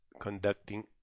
conducting